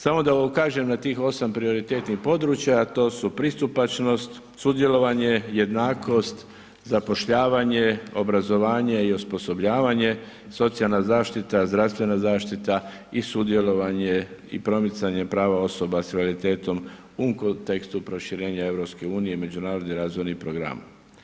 Samo da ukažem na tih 8 prioritetnih područja a to su pristupačnost, sudjelovanje, jednakost, zapošljavanje, obrazovanje i osposobljavanje, socijalna zaštita, zdravstvena zaštita i sudjelovanje i promicanje prava osoba sa invaliditetom u kontekstu proširenja EU i Međunarodnih razvojnih programa.